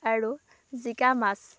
আৰু জিকা মাছ